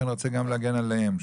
כי אני רוצה גם להגן עליהם.